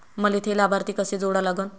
मले थे लाभार्थी कसे जोडा लागन?